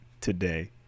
today